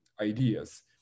ideas